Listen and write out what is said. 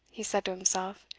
he said to himself,